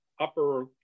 upper